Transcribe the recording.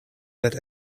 that